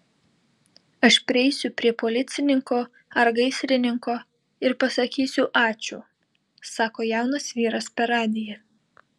aš prieisiu prie policininko ar gaisrininko ir pasakysiu ačiū sako jaunas vyras per radiją